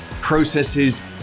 processes